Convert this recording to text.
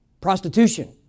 prostitution